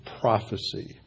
prophecy